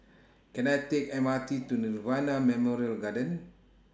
Can I Take M R T to Nirvana Memorial Garden